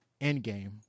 Endgame